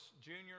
junior